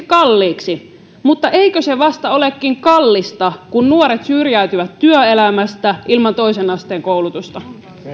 kalliiksi mutta eikö se vasta olekin kallista kun nuoret syrjäytyvät työelämästä ilman toisen asteen koulutusta